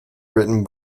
written